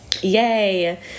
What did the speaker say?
yay